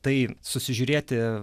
tai susižiūrėti